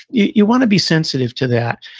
you want to be sensitive to that.